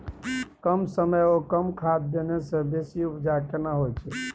कम समय ओ कम खाद देने से बेसी उपजा केना होय छै?